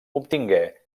obtingué